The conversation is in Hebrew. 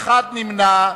ונמנע אחד.